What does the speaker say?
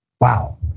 Wow